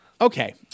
okay